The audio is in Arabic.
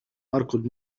أركض